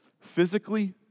physically